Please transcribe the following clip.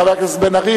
חבר הכנסת בן-ארי,